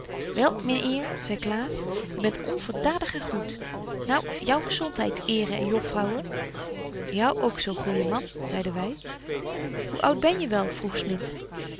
eer zei klaas je bent onverdadige goed nou jou gezontheid eeren en jofvrouwen jou ook zo goeje man zeiden wy hoe oud ben je wel vroeg smit